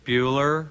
Bueller